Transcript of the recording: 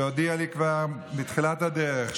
שהודיע לי כבר בתחילת הדרך,